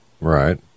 Right